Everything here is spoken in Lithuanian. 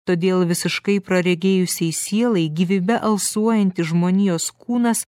todėl visiškai praregėjusiai sielai gyvybe alsuojantis žmonijos kūnas